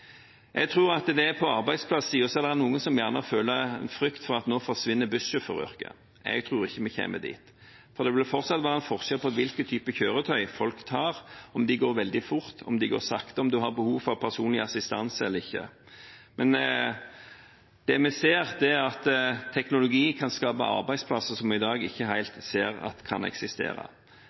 Jeg tror at det på arbeidsplassiden er noen som føler frykt for at bussjåføryrket skal forsvinne. Jeg tror ikke vi kommer dit. Det vil fortsatt være en forskjell på hvilken type kjøretøy folk tar, om kjøretøyet går veldig fort eller sakte, og om folk har behov for personlig assistanse eller ikke. Det vi ser, er at teknologi kan skape arbeidsplasser som vi i dag ikke helt ser kan eksistere.